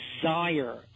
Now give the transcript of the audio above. desire